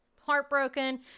heartbroken